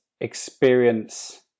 experience